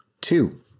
Two